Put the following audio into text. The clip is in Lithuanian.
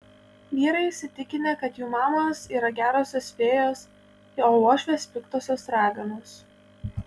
vyrai įsitikinę kad jų mamos yra gerosios fėjos o uošvės piktosios raganos